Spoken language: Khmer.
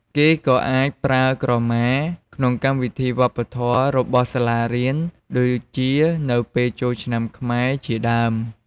គេក៏អាចប្រើក្រមាក្នុងកម្មវិធីវប្បធម៌របស់សាលារៀន ដូចជានៅពេលចូលឆ្នាំខ្មែរជាដើម។